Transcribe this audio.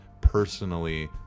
personally